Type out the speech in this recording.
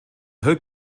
hope